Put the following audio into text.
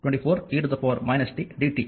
ಆದ್ದರಿಂದ ಇದು 0 ಯಿಂದ ಅನಂತ 24 e tdt